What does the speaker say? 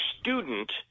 student